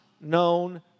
known